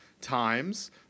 times